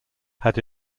had